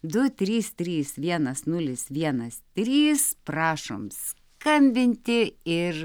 du trys trys vienas nulis vienas trys prašom skambinti ir